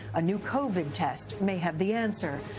a new covid test may have the answer.